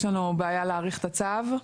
יש לנו בעיה להאריך את הצו.